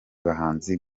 bahanzi